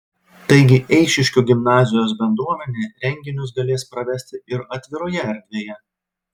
taigi eišiškių gimnazijos bendruomenė renginius galės pravesti ir atviroje erdvėje